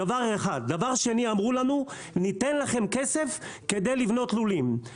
דבר שני, אמרו לנו: ניתן לכם כסף לבנות לולים.